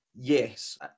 Yes